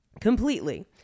Completely